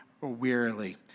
wearily